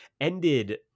ended